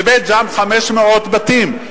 בבית-ג'ן 500 בתים,